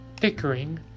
bickering